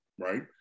right